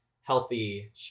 healthy